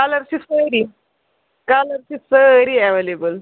colour چھِ سٲری colour چھِ سٲری اٮ۪ولیٚبٕل